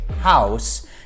house